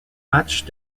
matches